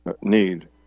need